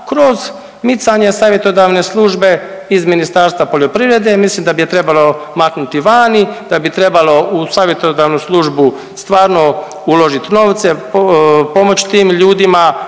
kroz micanje savjetodavne službe iz Ministarstva poljoprivrede, ja mislim da bi je trebalo maknuti vani, da bi trebalo u savjetodavnu službu stvarno uložit novce, pomoć tim ljudima,